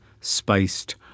spiced